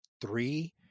three